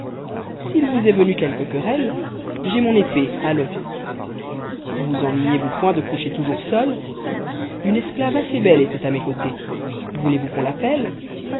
s'il vous est venu quelque querelle j'ai mon épée allons vous ennuyez-vous point de coucher toujours seul une esclave assez belle était à mes côtés voulez-vous qu'on l'appelle